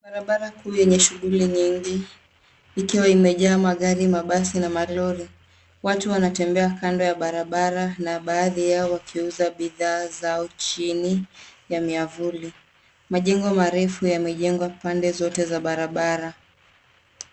Barabara kuu yenye shuguli nyingi ikiwa imejaaa magari, mabasi na malori. Watu wanatembea kando ya barabara na baadhi yao wakiuza bidhaa zao chini ya miavuli. Majengo marefu yamejengwa pande zote za barabara.